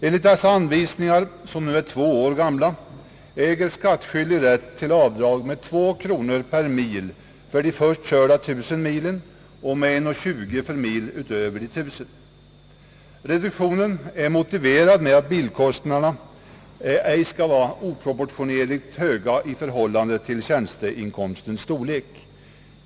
Enligt dessa anvisningar som nu är två år gamla äger skattskyldig rätt till avdrag med 2 kronor per mil för de först körda tusen milen och med 1 krona och 20 öre för mil därutöver. Reduktionen är motiverad med att bilkostnaderna ej skall vara oproportionerligt höga i förhållande till tjänsteinkomstens storlek.